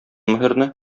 мөһерне